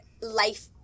life